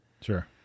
Sure